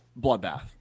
Bloodbath